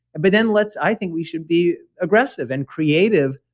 but then let's. i think we should be aggressive and creative,